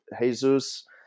Jesus